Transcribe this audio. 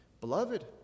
Beloved